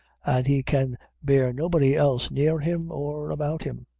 and he can bear nobody else near him or about him.